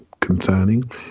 concerning